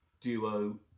Duo